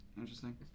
Interesting